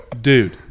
Dude